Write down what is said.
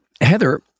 Heather